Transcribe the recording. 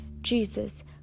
Jesus